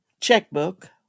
checkbook